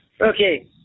Okay